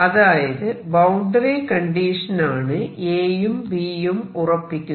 അതായത് boundary condition ആണ് Aയും Bയും ഉറപ്പിക്കുന്നത്